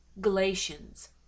Galatians